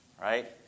right